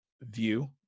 view